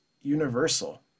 universal